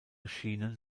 schienen